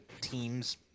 team's